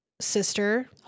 sister